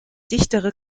dichtere